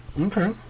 Okay